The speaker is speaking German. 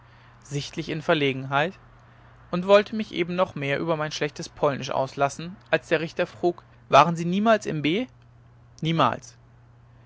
sichtlich in verlegenheit und wollte mich eben noch mehr über mein schlechtes polnisch auslassen als der richter frug waren sie niemals in b niemals